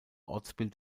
ortsbild